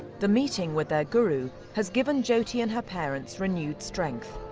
the meeting with their guru has given jyoti and her parents renewed strength.